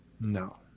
No